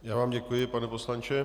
Já vám děkuji, pane poslanče.